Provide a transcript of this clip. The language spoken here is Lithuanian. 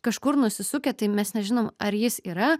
kažkur nusisukę tai mes nežinom ar jis yra